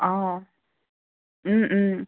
অ